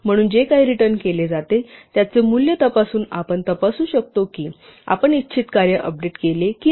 म्हणून जे काही रिटर्न केले जाते त्याचे मूल्य तपासून आपण तपासू शकतो की आपण इच्छित कार्य अपडेट केले की नाही